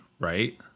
Right